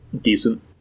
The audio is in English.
decent